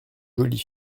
jolie